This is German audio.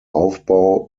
aufbau